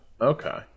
Okay